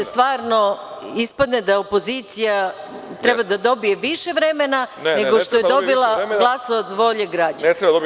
Stvarno, ispadne da opozicija treba da dobije više vremena nego što je dobila glasova od volje građana.